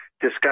discuss